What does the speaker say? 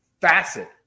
facet